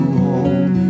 home